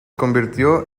convirtió